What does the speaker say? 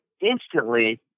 instantly